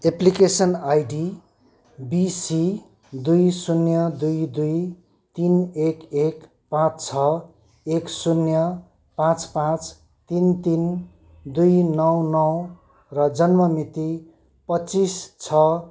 application ID BC दुई शून्य दुई दुई तिन एक एक पाँच छ एक शून्य पाँच पाँच तिन तिन दुई नौ नौ र जन्ममिति पच्चिस छ